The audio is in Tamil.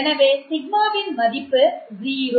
எனவே σ வின் மதிப்பு 0